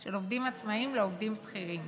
של עובדים עצמאים לעובדים שכירים